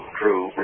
true